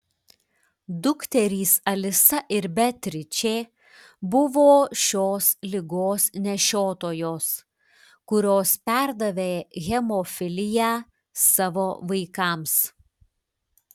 dukterys alisa ir beatričė buvo šios ligos nešiotojos kurios perdavė hemofiliją savo vaikams